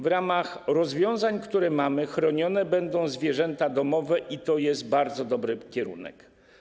W ramach rozwiązań, które mamy, chronione będą zwierzęta domowe - i to jest bardzo dobry kierunek.